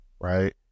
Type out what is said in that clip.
right